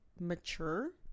Mature